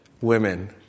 women